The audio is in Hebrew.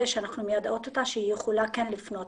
שאנחנו מיידעות אותה שהיא כן יכולה לפנות.